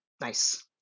nice